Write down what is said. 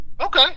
Okay